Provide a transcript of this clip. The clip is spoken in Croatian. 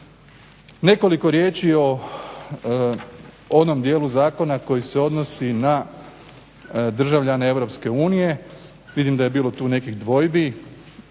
Nekoliko riječi o onom dijelu zakona koji se odnosi na državljane EU. Vidim da je bilo tu nekih dvojbi.